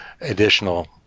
additional